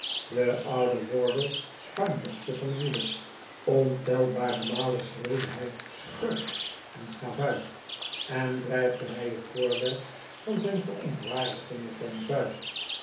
de oude wardle schuimbekte van woede ontelbare malen schreeuwde hij schurk en schavuit en dreigde hij het voorwerp van zijn verontwaardiging met zijn vuist